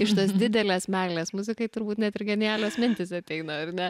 iš tos didelės meilės muzikai turbūt net ir genialios mintys ateina ar ne